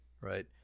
right